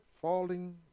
falling